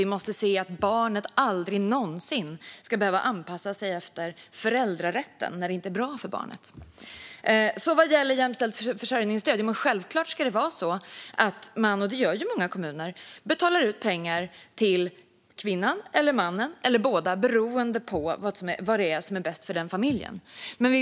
Vi måste se att barnet aldrig någonsin ska behöva anpassa sig efter föräldrarätten när det inte är bra för barnet. Vad gäller jämställt försörjningsstöd ska man, vilket många kommuner också gör, självklart betala ut pengar till kvinnan, till mannen eller till båda. Det beror på vad som är bäst för den familjen.